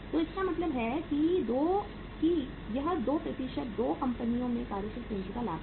तो इसका मतलब है कि यह 2 प्रतिशत 2 कंपनियों में कार्यशील पूंजी का लाभ है